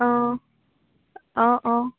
অঁ অঁ অঁ